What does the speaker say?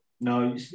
No